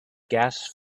gas